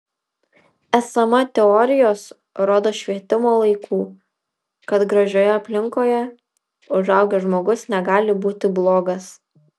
esama teorijos rodos švietimo laikų kad gražioje aplinkoje užaugęs žmogus negali būti blogas